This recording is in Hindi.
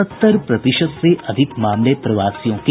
सत्तर प्रतिशत से अधिक मामले प्रवासियों के